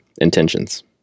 intentions